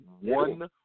one